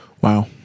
wow